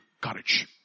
courage